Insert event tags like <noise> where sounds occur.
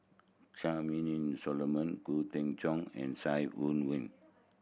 Charmaine Solomon Khoo Cheng Tiong and Sai <unintelligible>